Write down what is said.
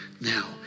now